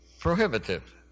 Prohibitive